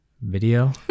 Video